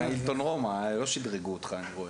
הילטון רומא, לא שדרגו אותך, אני רואה.